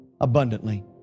abundantly